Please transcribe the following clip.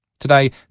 Today